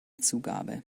zugabe